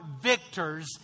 victors